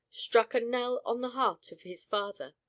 struck a knell on the heart of his father.